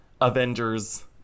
avengers